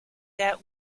der